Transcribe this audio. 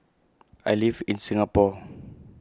I live in Singapore